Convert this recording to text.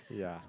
yeah